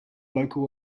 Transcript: local